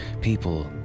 people